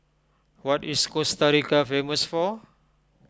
what is Costa Rica famous for